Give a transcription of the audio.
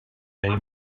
hay